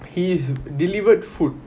his delivered food